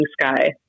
Sky